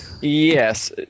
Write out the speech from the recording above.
Yes